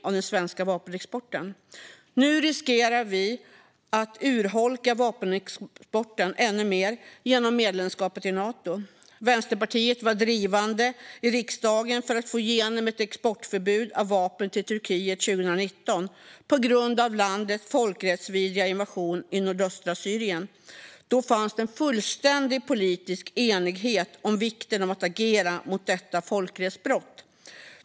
Nu riskerar vi att urholka lagstiftningen för vapenexport ännu mer genom medlemskapet i Nato. Vänsterpartiet var drivande i riksdagen 2019 för att få igenom ett exportförbud för vapen till Turkiet på grund av landets folkrättsvidriga invasion i nordöstra Syrien. Då fanns en fullständig politisk enighet om vikten av att agera mot detta folkrättsbrott.